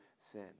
sin